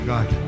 God